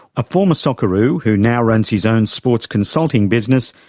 a former socceroo, who now runs his own sports consulting business,